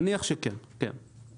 כן, כן.